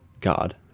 God